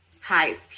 type